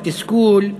התסכול,